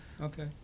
Okay